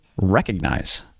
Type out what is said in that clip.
Recognize